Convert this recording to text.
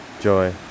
joy